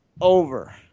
Over